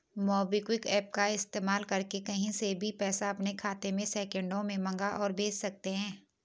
MobiKwik app का इस्तेमाल करके कहीं से भी पैसा अपने खाते में सेकंडों में मंगा और भेज सकते हैं